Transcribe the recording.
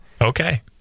Okay